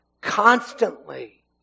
constantly